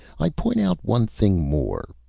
i point out one thing more,